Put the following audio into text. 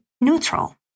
neutral